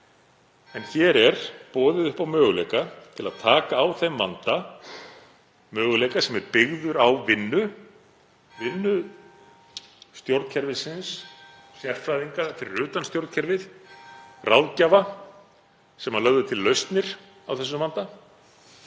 En hér er boðið upp á möguleika til að taka á þeim vanda, möguleika sem er byggður á vinnu stjórnkerfisins, sérfræðinga fyrir utan stjórnkerfið, ráðgjafa sem lögðu til lausnir á þessum vanda.